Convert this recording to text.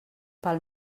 pel